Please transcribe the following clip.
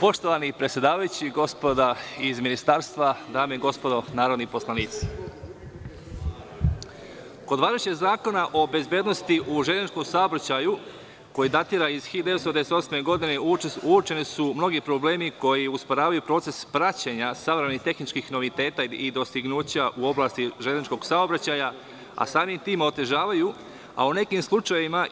Poštovani predsedavajući, gospodo iz ministarstva, dame i gospodo narodni poslanici, kod važećeg Zakona o bezbednosti u železničkom saobraćaju, koji datira iz 1998. godine, uočeni su mnogi problemi koji usporavaju proces praćenja savremenih tehničkih noviteta i dostignuća u oblasti železničkog saobraćaja, a samim tim otežavaju, a u nekim slučajevima